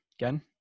Again